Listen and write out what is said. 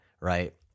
right